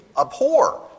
abhor